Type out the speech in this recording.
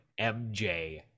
MJ